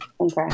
okay